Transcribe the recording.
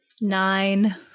Nine